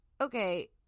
okay